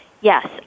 yes